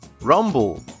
rumble